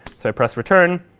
so i press return.